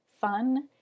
fun